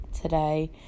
today